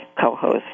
co-host